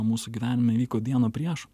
mūsų gyvenime įvyko dieną prieš